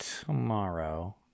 tomorrow